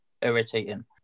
irritating